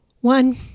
one